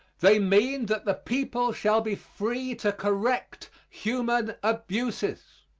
they mean that the people shall be free to correct human abuses.